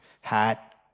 hat